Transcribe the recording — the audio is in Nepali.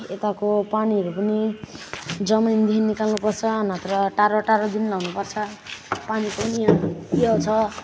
यताको पानीहरू पनि जमिनदेखि निकाल्नु पर्छ नत्र टाडो टाडोदेखि लगाउनु पर्छ पानीको पनि यहाँ उयो छ